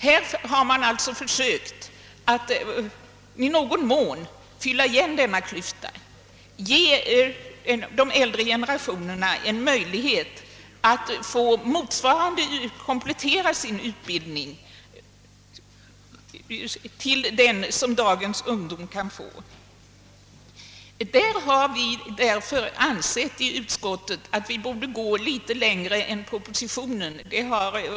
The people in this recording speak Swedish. Här har man försökt att i någon mån överbrygga denna klyfta och ge de äldre generationerna en möjlighet att komplettera sin utbildning så att den motsvarar den som dagens ungdom kan få. I utskottet har vi ansett att man borde gå något längre än vad propositionens förslag innebär.